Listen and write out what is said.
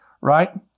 right